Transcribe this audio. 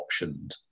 optioned